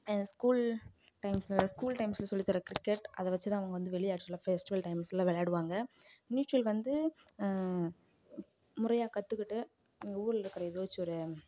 school டைம்ஸில் school டைம்ஸில் சொல்லி தர கிரிக்கெட் அதை வெச்சு தான் அவங்க வந்து வெளியே அக்ஷுவலாக ஃபெஸ்டிவல் டைம்ஸில் விளையாடுவாங்க நீச்சல் வந்து முறையாக கற்றுக்கிட்டு எங்கள் ஊரில் இருக்கிற ஏதாச்சும் ஒரு